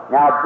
Now